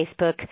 Facebook